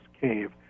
cave